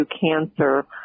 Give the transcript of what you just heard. cancer